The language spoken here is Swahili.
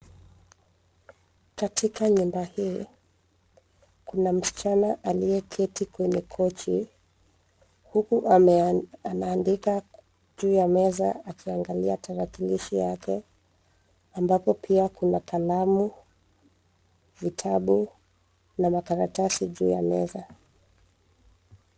Katika nyumba hii kuna msichana aliyeketi kwenye kochi huku anaadika juu ya meza akiangalia tarakilishi yake ambapo pia kuna kalamu, vitabu na makaratasi juu ya meza.